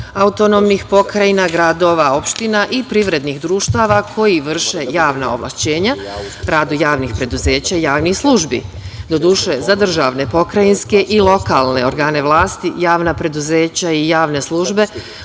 autonomnih pokrajina, gradova, opština i privrednih društava koji vrše javna ovlašćenja, radu javnih preduzeća, javnih službi, doduše za državne, pokrajinske i lokalne organe vlasti javna preduzeća i javne službe